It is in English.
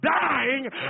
dying